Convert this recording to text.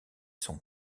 sont